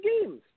games